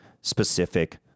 specific